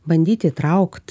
bandyti įtraukt